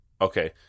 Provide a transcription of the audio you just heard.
Okay